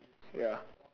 ya